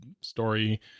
story